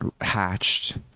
hatched